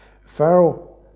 pharaoh